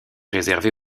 réservée